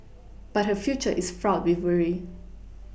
but her future is fraught with worry